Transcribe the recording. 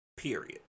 Period